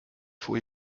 faut